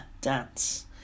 dance